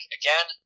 again